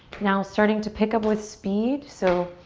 now starting to pick up with speed. so